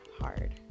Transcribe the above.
hard